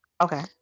Okay